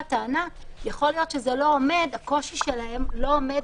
טענה שיכול להיות שהקושי שלהם לא עומד